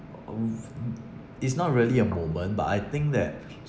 um it's not really a moment but I think that